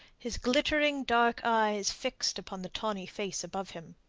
his glittering dark eyes fixed upon the tawny face above him.